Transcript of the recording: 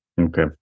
Okay